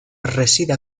reside